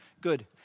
good